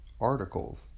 articles